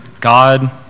God